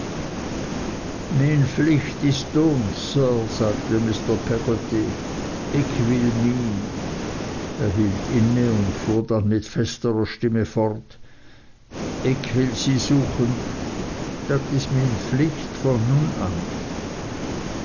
flicht is dohn sir sagte mr peggotty ick will mien er hielt inne und fuhr dann mit festerer stimme fort ick will sie suchen dat is mien flicht von nun an